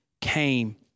came